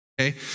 okay